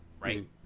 right